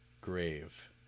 Grave